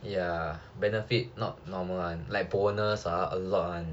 ya benefit not normal [one] lah like bonus ah a lot [one]